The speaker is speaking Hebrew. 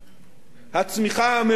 הצמיחה הממוצעת